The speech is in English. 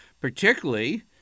particularly